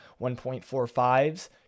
1.45s